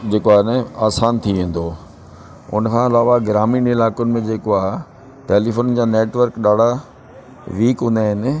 जेको आहे न आसानु थी वेंदो उनखां अलावा ग्रामीण इलाइक़नि में जेको आहे टेलीफोन जा नेटवर्क ॾाढा वीक हूंदा आहिनि